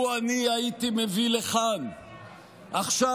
לו אני הייתי מביא לכאן עכשיו